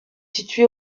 situé